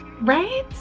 Right